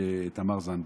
לתמר זנדברג.